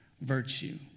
virtue